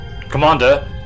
Commander